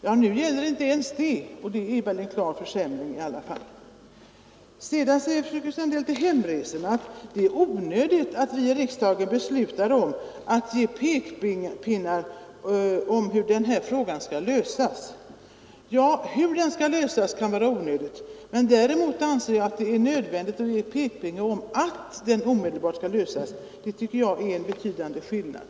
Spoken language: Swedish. Ja, nu gäller inte ens det, och det är väl en klar försämring i alla fall. Fröken Sandell säger om hemresorna att det är onödigt att riksdagen kommer med pekpinnar för hur den frågan skall lösas. Ja, hur den skall lösas kan det vara onödigt att komma med pekpinnar för, men däremot anser jag att det är nödvändigt med en pekpinne att den omedelbart skall lösas. Det tycker jag är en betydande skillnad.